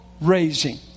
raising